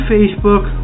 Facebook